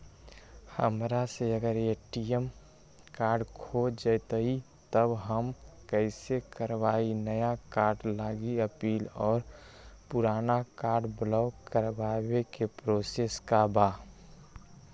हमरा से अगर ए.टी.एम कार्ड खो जतई तब हम कईसे करवाई नया कार्ड लागी अपील और पुराना कार्ड ब्लॉक करावे के प्रोसेस का बा?